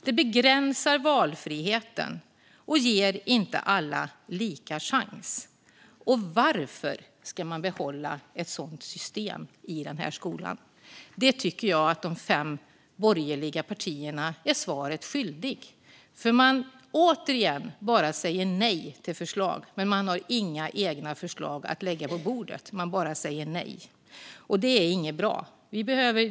Det begränsar valfriheten och ger inte alla lika chans. Varför ska man behålla ett sådant system i skolan? Där tycker jag att de fem borgerliga partierna blir svaret skyldiga. Återigen säger man nej till förslag, men man har inga egna förslag att lägga på bordet. Man säger bara nej. Det är inte bra.